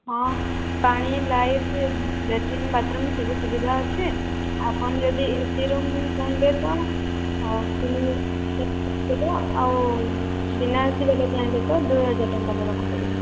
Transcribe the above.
ହଁ ପାଣି light latrine bathroom ସବୁ ସୁବିଧା ଅଛି ଆପଣ ଯଦି ଏ ସି ରୁମ ଚାହିଁବେ ତ ତିନି ହଜାର ଟଙ୍କା ଦେବାକୁ ପଡ଼ିବ ଆଉ ବିନା ଏ ସି ଚାହିଁବେ ତ ଦୁଇ ହଜାର ଟଙ୍କା ଦେବାକୁ ପଡ଼ିବ